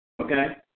Okay